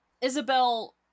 Isabel